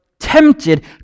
tempted